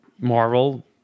Marvel